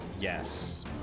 yes